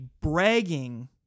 bragging